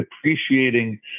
appreciating